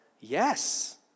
yes